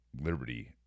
liberty